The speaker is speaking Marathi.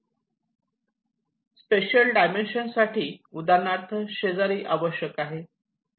स्पेशियल डायमेन्शन साठी उदाहरणार्थ शेजारी आवश्यक आहेत